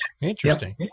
Interesting